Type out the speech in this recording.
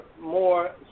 more